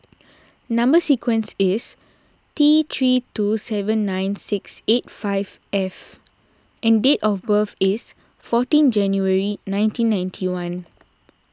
Number Sequence is T three two seven nine six eight five F and date of birth is fourteen January nineteen ninety one